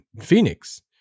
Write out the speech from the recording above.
Phoenix